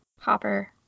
Hopper